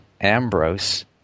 Ambrose